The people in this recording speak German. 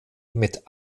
mit